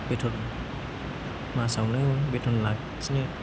बेथन मासावनो बेथन लाखिनो